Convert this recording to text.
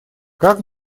как